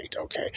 okay